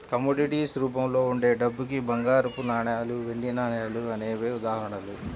commodities రూపంలో ఉండే డబ్బుకి బంగారపు నాణాలు, వెండి నాణాలు అనేవే ఉదాహరణలు